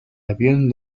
avión